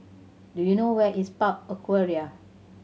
do you know where is Park Aquaria